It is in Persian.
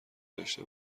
داشته